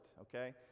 okay